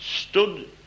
stood